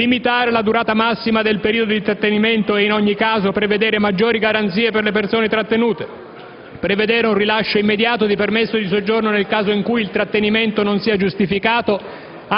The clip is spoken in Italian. limitare la durata massima del periodo di trattenimento e, in ogni caso, prevedere maggiori garanzie per le persone trattenute; prevedere un rilascio immediato di permesso di soggiorno nel caso in cui il trattenimento non sia giustificato